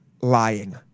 lying